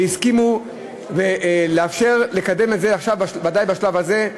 שהסכימו לאפשר לקדם עכשיו, ודאי בשלב הזה,